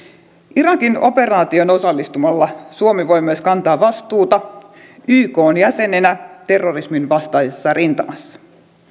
irakin operaatioon osallistumalla suomi voi myös kantaa vastuuta ykn jäsenenä terrorisminvastaisessa rintamassa